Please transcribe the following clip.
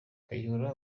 kayihura